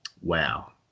Wow